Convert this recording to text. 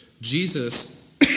Jesus